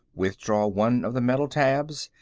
withdraw one of the metal tabs,